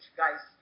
guys